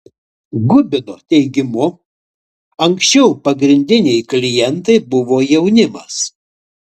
gubino teigimu anksčiau pagrindiniai klientai buvo jaunimas